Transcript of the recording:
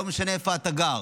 לא משנה איפה אתה גר,